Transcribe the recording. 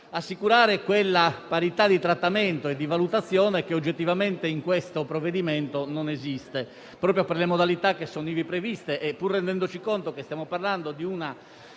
assicurare quella parità di trattamento e di valutazione che oggettivamente nel provvedimento in esame non esiste, proprio per le modalità ivi previste. Pur rendendoci conto che stiamo parlando di un